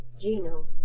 Gino